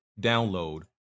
download